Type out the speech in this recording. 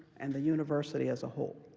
and the university as a whole.